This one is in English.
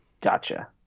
Gotcha